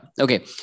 Okay